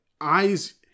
eyes